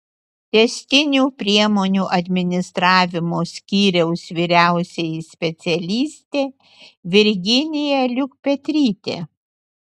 tęstinių priemonių administravimo skyriaus vyriausioji specialistė virginija liukpetrytė